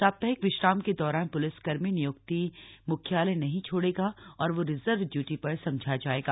साप्ताहिक विश्राम के दौरान पुलिसकर्मी नियुक्ति मुख्यालय नहीं छोड़ेगा और वह रिजर्व ड्यूटी पर समझा जाएगा